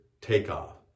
takeoff